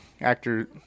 actor